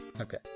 Okay